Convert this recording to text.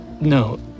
No